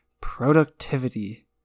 productivity